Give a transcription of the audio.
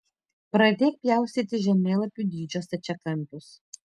pradėk pjaustyti žemėlapių dydžio stačiakampius